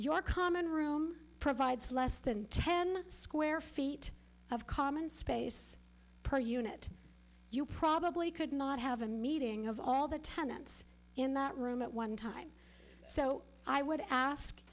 your common room provides less than ten square feet of common space per unit you probably could not have a meeting of all the tenants in that room at one time so i would ask